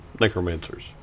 necromancers